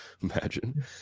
Imagine